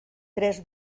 tres